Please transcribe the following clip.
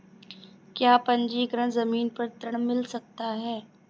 क्या पंजीकरण ज़मीन पर ऋण मिल सकता है?